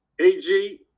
AG